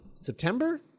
september